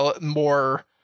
more